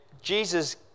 Jesus